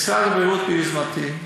משרד הבריאות, ביוזמתי,